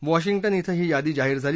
Washington कें ही यादी जाहीर झाली